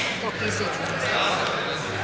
Hvala vam